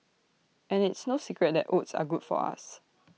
and it's no secret that oats are good for us